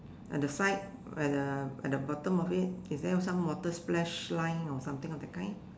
at the side at the at the bottom of it is there some water splash line or something of the kind